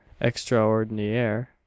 extraordinaire